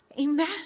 Amen